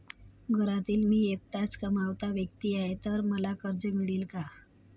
घरात मी एकटाच कमावता व्यक्ती आहे तर मला कर्ज मिळेल का?